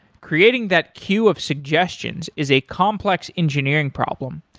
creating that queue of suggestions is a complex engineering problem.